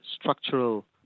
structural